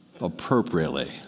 appropriately